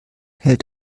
hält